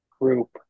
group